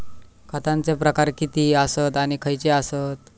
खतांचे प्रकार किती आसत आणि खैचे आसत?